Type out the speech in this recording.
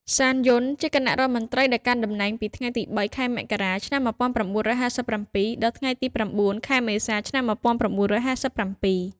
សាន យុន ជាគណៈរដ្ឋមន្ត្រីដែលកាន់តំណែងពីថ្ងៃទី ៣ ខែមករា ឆ្នាំ១៩៥៧ ដល់ថ្ងៃទី ៩ ខែមេសា ឆ្នាំ១៩៥៧។